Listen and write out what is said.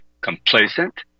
Complacent